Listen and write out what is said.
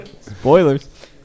Spoilers